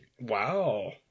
Wow